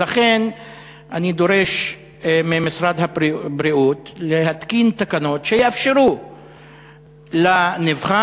ולכן אני דורש ממשרד הבריאות להתקין תקנות שיאפשרו לנבחן